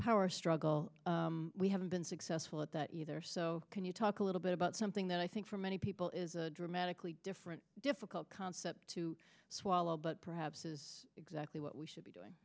power struggle we haven't been successful at that either so can you talk a little bit about something that i think for many people is a dramatically different difficult concept to swallow but perhaps is exactly what we should be